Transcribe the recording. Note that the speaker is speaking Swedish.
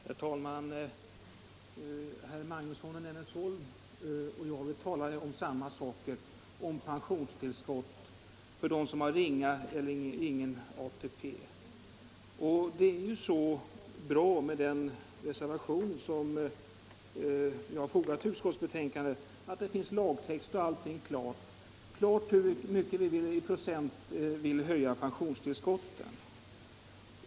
Herr talman! Herr Magnusson i Nennesholm och jag talar om samma sak — om pensionstillskott för dem som har ringa eller ingen ATP. Det är så bra med den reservation som jag har fogat till utskottsbetänkandet att där finns lagtext och allting klart. Där står klart hur mycket vi i procent vill höja pensionstillskotten.